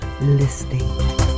listening